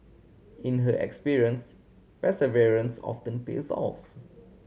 in her experience perseverance often pays off's